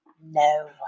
no